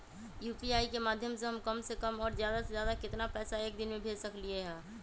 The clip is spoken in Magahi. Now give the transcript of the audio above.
यू.पी.आई के माध्यम से हम कम से कम और ज्यादा से ज्यादा केतना पैसा एक दिन में भेज सकलियै ह?